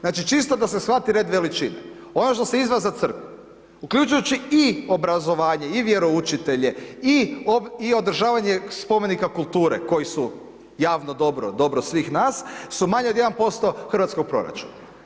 Znači čisto da se shvati red veličina, ono što se izdvaja za crkvu, uključujući i obrazovanje i vjeroučitelje i održavanje spomenika kulture koji su javno dobro, dobro svih nas su manje od 1% hrvatskog proračuna.